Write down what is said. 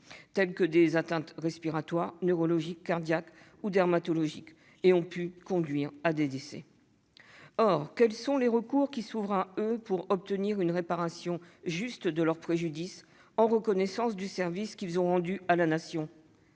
telles que des atteintes respiratoires, neurologiques, cardiaques ou dermatologiques, ou ont pu conduire à des décès. Or quels sont les recours s'ouvrant à elles pour obtenir une réparation juste de leurs préjudices, en reconnaissance du service rendu à la Nation ?